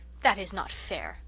that is not fair,